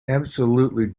absolutely